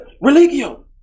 religio